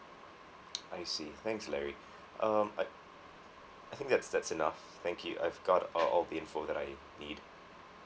I see thanks larry um I I think that's that's enough thank you I've got all the info that I need